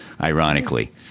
ironically